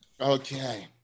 Okay